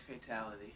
fatality